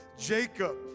Jacob